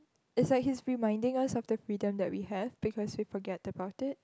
is like he is reminding us of the freedom that we have because we forget about it